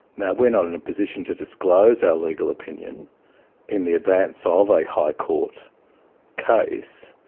now, we are not in a position to disclose our legal opinion in the advance so of a high court case,